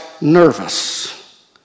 nervous